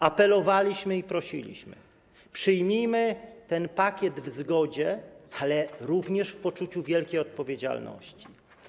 Apelowaliśmy i prosiliśmy: przyjmijmy ten pakiet w zgodzie, ale również w poczuciu wielkiej odpowiedzialności.